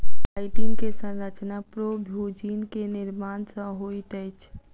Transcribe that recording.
chitin के संरचना प्रोभूजिन के निर्माण सॅ होइत अछि